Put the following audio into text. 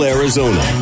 Arizona